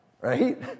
right